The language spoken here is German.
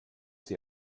die